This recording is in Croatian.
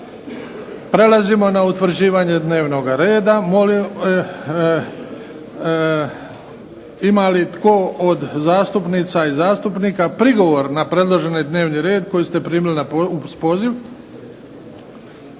Prelazimo na utvrđivanje dnevnoga reda. Ima li tko od zastupnica i zastupnica prigovor na predloženi dnevni red, koji ste primili uz poziv?